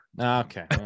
Okay